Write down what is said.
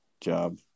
job